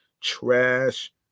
trash